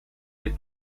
the